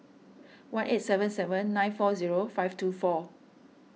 one eight seven seven nine four zero five two four